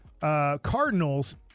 Cardinals